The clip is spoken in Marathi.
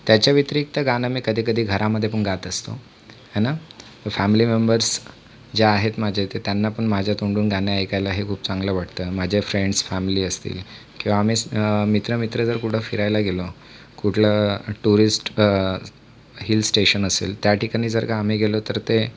त्याच्या व्यतिरिक्त गाणं मी कधीकधी घरामध्ये पण गात असतो आहे ना फॅमिली मेंबर्स जे आहेत माझे तर त्यांना पण माझ्या तोंडून गाणे ऐकायला हे खूप चांगलं वाटतं माझे फ्रेंडस फॅमिली असतील किंवा आम्हीच मित्र मित्र जर कुठं फिरायला गेलो कुठलं टुरिस्ट हिल स्टेशन असेल त्याठिकाणी जर का आम्ही गेलो तर ते